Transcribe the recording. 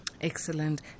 Excellent